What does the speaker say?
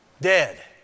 dead